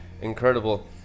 incredible